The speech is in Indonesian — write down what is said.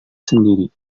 sendiri